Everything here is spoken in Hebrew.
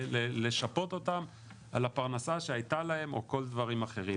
לשפות אותם על הפרנסה שהייתה להם או כל דברים אחרים.